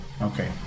okay